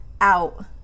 out